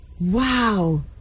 wow